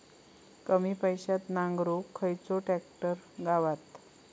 कमी पैशात नांगरुक खयचो ट्रॅक्टर गावात?